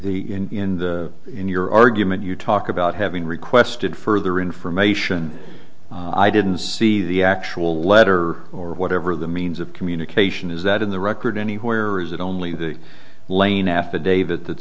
the in the in your argument you talk about having requested further information i didn't see the actual letter or whatever the means of communication is that in the record anywhere is it only the lane affidavit that